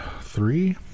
three